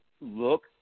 look